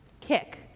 kick